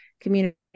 community